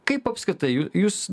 kaip apskritai jų jūs